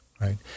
right